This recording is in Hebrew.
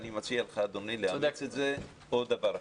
אני מציע לך, אדוני, לאמץ את זה או דבר אחר.